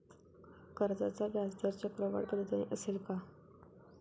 कर्जाचा व्याजदर चक्रवाढ पद्धतीने असेल का?